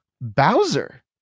bowser